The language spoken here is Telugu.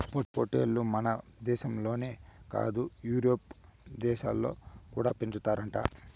పొట్టేల్లు మనదేశంలోనే కాదు యూరోప్ దేశాలలో కూడా పెంచుతారట